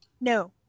no